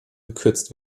gekürzt